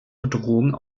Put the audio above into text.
bedrohung